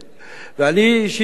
ואני אישית חושב